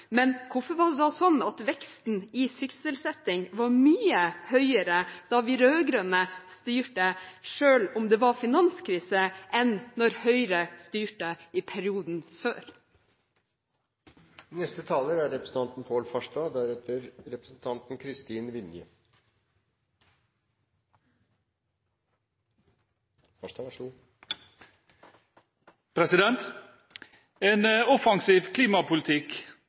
men hvorfor var det da sånn at veksten i sysselsettingen var mye høyere da de rød-grønne styrte, selv om det var finanskrise, enn da Høyre styrte i perioden før?